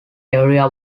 area